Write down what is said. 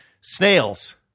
snails